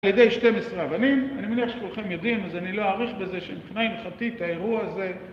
על ידי 12 אבנים, אני מניח שכולכם יודעים, אז אני לא אאריך בזה שמבחינה הלכתית האירוע הזה